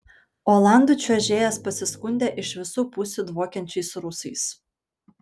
olandų čiuožėjas pasiskundė iš visų pusių dvokiančiais rusais